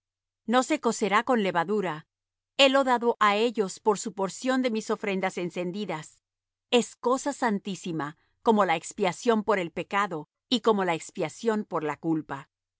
no se cocerá con levadura helo dado á ellos por su porción de mis ofrendas encendidas es cosa santísima como la expiación por el pecado y como la expiación por la culpa